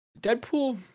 Deadpool